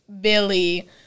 Billy